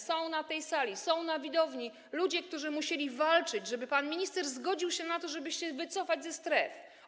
Są na tej sali, są na widowni ludzie, którzy musieli walczyć, żeby pan minister zgodził się na to, żeby wycofać się ze stref.